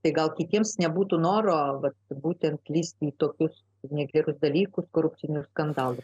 tai gal kitiems nebūtų noro būtent lysti į tokius negerus dalykus korupcinius skandalus